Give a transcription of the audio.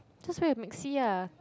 just wear a maxi ah